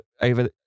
over